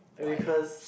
why